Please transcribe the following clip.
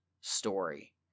story